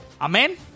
Amen